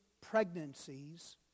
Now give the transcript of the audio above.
pregnancies